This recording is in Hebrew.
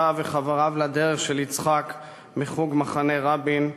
וחבריו לדרך של יצחק מחוג מחנה רבין,